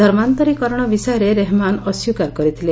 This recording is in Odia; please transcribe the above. ଧର୍ମାନ୍ତରୀକରଣ ବିଷୟରେ ରେହମାନ ଅସ୍ୱୀକାର କରିଥିଲେ